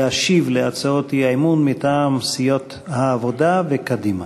להשיב על הצעות האי-אמון מטעם סיעות העבודה וקדימה.